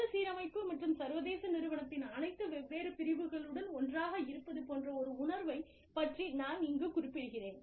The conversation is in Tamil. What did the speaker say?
மறுசீரமைப்பு மற்றும் சர்வதேச நிறுவனத்தின் அனைத்து வெவ்வேறு பிரிவுகளுடன் ஒன்றாக இருப்பது போன்ற ஒரு உணர்வை பற்றி நான் இங்குக் குறிப்பிடுகிறேன்